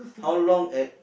how long at